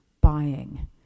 buying